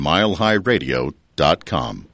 MileHighRadio.com